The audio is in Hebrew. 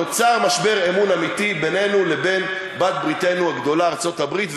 נוצר משבר אמון אמיתי בינינו לבין בעלת-בריתנו הגדולה ארצות הברית,